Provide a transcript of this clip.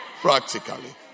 Practically